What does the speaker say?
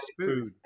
food